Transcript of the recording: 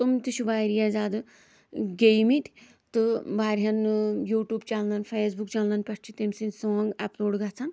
تِم تہِ چھِ واریاہ زیادٕ گٮ۪مٕتۍ تہٕ واریاہَن یوٗٹیوٗب چیٚنلَن فیس بُک چیٚنلَن پٮ۪ٹھ چھِ تٔمۍ سٕنٛدۍ سانٛگ اَپلوڈ گژھان